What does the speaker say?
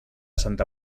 santa